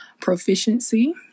proficiency